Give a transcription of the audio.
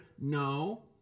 no